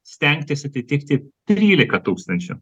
stengtis atitikti trylika tūkstančių